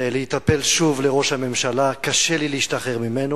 להיטפל שוב לראש הממשלה, קשה לי להשתחרר ממנו,